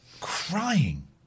crying